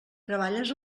treballes